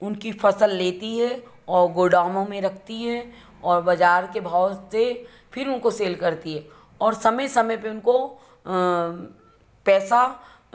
उनकी फसल लेती है और गोडाउनों में रखती है और बाज़ार के भाव से फ़िर उनको सेल करती है और समय समय पर उनको पैसा